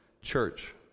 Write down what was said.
church